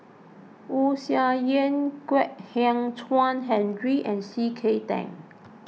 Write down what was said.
Wu Tsai Yen Kwek Hian Chuan Henry and C K Tang